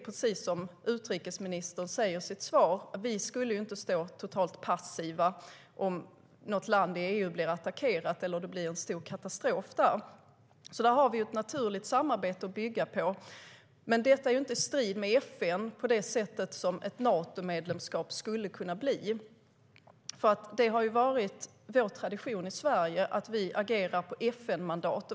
Precis som utrikesministern säger i sitt svar skulle vi inte stå totalt passiva om något land i EU blir attackerat eller det blir en stor katastrof. Där har vi ett naturligt samarbete att bygga på. Men detta är inte i strid med FN på det sätt som ett Natomedlemskap skulle kunna bli. Det har varit vår tradition i Sverige att vi agerar på FN-mandat.